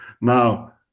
now